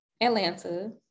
Atlanta